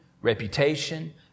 reputation